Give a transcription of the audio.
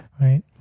Right